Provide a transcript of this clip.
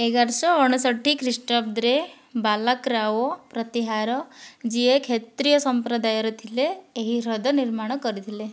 ଏଗାରଶହ ଅଣଷଠି ଖ୍ରୀଷ୍ଟାବ୍ଦରେ ବାଲାକ ରାଓ ପ୍ରତିହାର ଯିଏ କ୍ଷତ୍ରିୟ ସମ୍ପ୍ରଦାୟର ଥିଲେ ଏହି ହ୍ରଦ ନିର୍ମାଣ କରିଥିଲେ